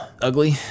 ugly